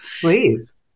Please